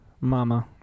mama